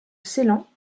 ceylan